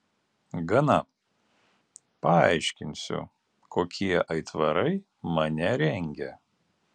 gana paaiškinsiu kokie aitvarai mane rengia